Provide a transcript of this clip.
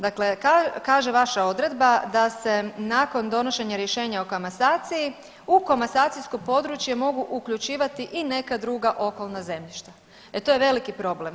Dakle, kaže vaša odredba da se nakon donošenja rješenja o komasaciji u komasacijsko područje mogu uključivati i neka druga okolna zemljišta, e to je veliki problem.